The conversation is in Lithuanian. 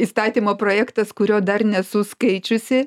įstatymo projektas kurio dar nesu skaičiusi